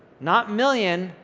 not million,